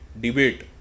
Debate